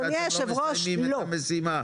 ואתם לא מסיימים את המשימה.